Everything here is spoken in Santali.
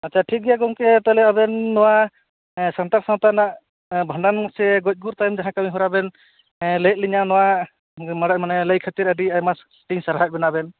ᱟᱪᱪᱷᱟ ᱴᱷᱤᱠ ᱜᱮᱭᱟ ᱜᱚᱝᱠᱮ ᱟᱵᱮᱱ ᱱᱚᱣᱟ ᱥᱟᱱᱛᱟᱲ ᱥᱟᱶᱛᱟ ᱨᱮᱱᱟ ᱵᱷᱟᱱᱰᱟᱱ ᱥᱮ ᱜᱚᱡ ᱜᱩᱨ ᱠᱟᱹᱢᱤ ᱦᱚᱨᱟ ᱵᱮᱱ ᱞᱟᱹᱭ ᱟᱫ ᱞᱤᱧᱟᱹ ᱱᱚᱣᱟ ᱢᱟᱲᱟᱝ ᱞᱟᱹᱭ ᱠᱷᱟᱹᱛᱤᱨ ᱟᱹᱰᱤ ᱟᱭᱢᱟ ᱞᱤᱧ ᱥᱟᱨᱦᱟᱣᱮᱫ ᱵᱮᱱᱟ ᱟᱵᱮᱱ